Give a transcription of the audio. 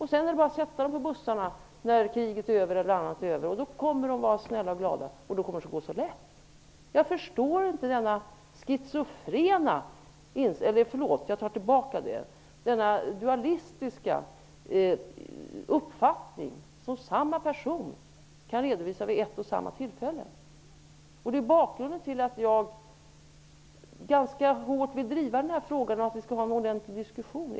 Sedan är det bara att sätta människorna på bussen när kriget är över. De kommer att vara snälla och glada, och det kommer att vara så lätt. Jag förstår inte denna dualistiska uppfattning som dessa personer kan redovisa vid ett och samma tillfälle. Det är bakgrunden till att jag vill driva denna fråga hårt. Det skall vara en ordentlig diskussion.